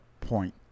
point